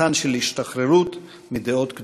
מבחן של השתחררות מדעות קדומות.